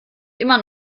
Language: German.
immer